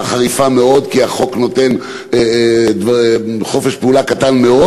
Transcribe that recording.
חריפה מאוד כי החוק נותן חופש פעולה קטן מאוד,